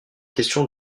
question